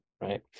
Right